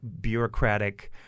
bureaucratic